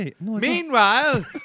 Meanwhile